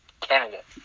candidate